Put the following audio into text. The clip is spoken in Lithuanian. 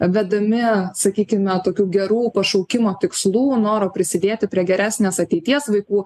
vedami sakykime tokių gerų pašaukimo tikslų noro prisidėti prie geresnės ateities vaikų